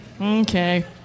Okay